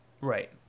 Right